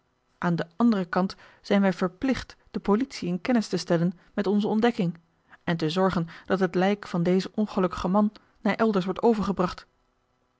aan den anderen kant zijn wij verplicht de politie in kennis te stellen met onze ontdekking en te zorgen dat het lijk van dezen ongelukkigen man naar elders wordt overgebracht